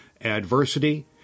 adversity